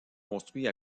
construits